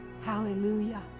hallelujah